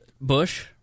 Bush